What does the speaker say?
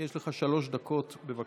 יש לך שלוש דקות, בבקשה.